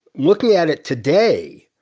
looking at it today,